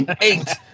Eight